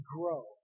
grow